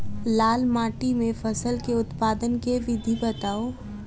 लाल माटि मे फसल केँ उत्पादन केँ विधि बताऊ?